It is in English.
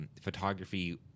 photography